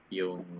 yung